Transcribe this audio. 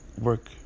Work